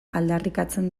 aldarrikatzen